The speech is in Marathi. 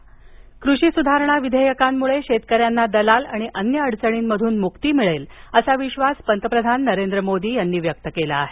मोदी कृषी सुधारणा विधेयकांमुळे शेतकऱ्यांना दलाल आणि अन्य अडचणींमधून मुक्ती मिळेल असा विश्वास पंतप्रधान नरेंद्र मोदी यांनी व्यक्त केला आहे